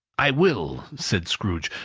i will, said scrooge.